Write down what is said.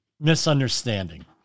misunderstanding